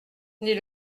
dit